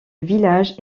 village